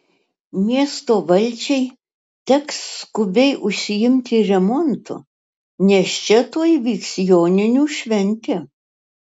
miesto valdžiai teks skubiai užsiimti remontu nes čia tuoj vyks joninių šventė